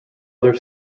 other